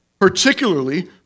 particularly